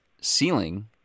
ceiling